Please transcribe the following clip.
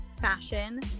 fashion